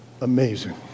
amazing